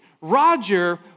Roger